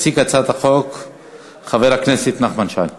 יציג את הצעת החוק חבר הכנסת נחמן שי.